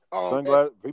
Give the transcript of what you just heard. sunglasses